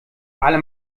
alle